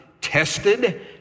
tested